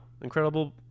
incredible